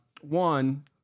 One